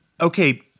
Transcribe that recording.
Okay